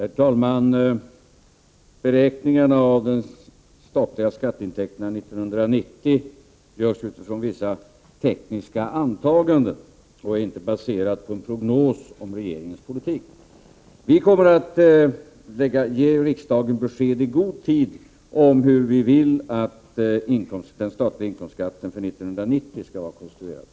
Herr talman! Beräkningarna av de statliga skatteintäkterna 1990 görs utifrån vissa tekniska antaganden och är inte baserade på en prognos om regeringens politik. Vi kommer att ge riksdagen besked i god tid om hur vi vill att den statliga inkomstskatten för 1990 skall vara konstruerad.